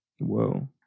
Whoa